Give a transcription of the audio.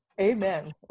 Amen